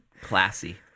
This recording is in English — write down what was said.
Classy